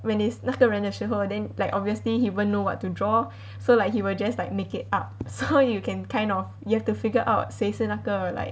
when it's 那个人的时候 then like obviously he won't know what to draw so like he will just like make it up so you can kind of you have to figure out 谁是那个 like